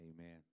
Amen